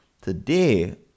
Today